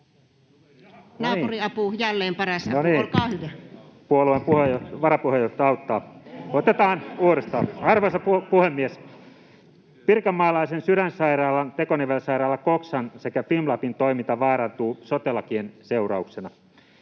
avaamaan Kiurun mikrofonin] No niin, puolueen varapuheenjohtaja auttaa. Otetaan uudestaan. Arvoisa puhemies! Pirkanmaalaisen Sydänsairaalan, Tekonivelsairaala Coxan sekä Fimlabin toiminta vaarantuu sote-lakien seurauksena.